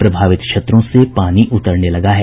प्रभावित क्षेत्रों से पानी उतरने लगा है